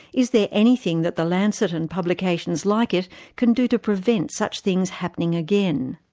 is there anything that the lancet and publications like it can do to prevent such things happening again?